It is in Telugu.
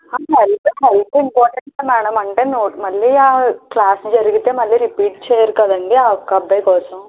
హెల్త్ హెల్త్ ఇంపార్టంటే మ్యాడమ్ అంటే నో మళ్ళీ ఆ క్లాస్ జరిగితే మళ్ళీ రిపీట్ చేయరు కదండీ ఆ ఒక్క అబ్బాయి కోసం